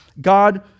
God